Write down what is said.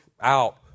out